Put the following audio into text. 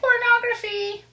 pornography